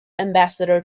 ambassador